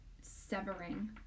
severing